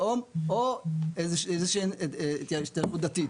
לאום או השתייכות דתית.